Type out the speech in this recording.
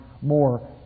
more